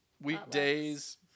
weekdays